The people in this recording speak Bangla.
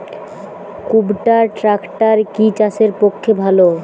কুবটার ট্রাকটার কি চাষের পক্ষে ভালো?